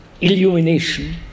illumination